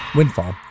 windfall